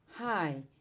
Hi